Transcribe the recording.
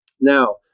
Now